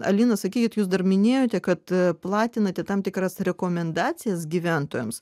alina sakyti jūs dar minėjote kad platinate tam tikras rekomendacijas gyventojams